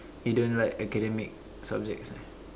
he don't like academic subjects